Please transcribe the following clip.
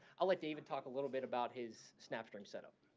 i'll let david talk a little bit about his snapstream set um